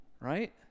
right